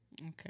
okay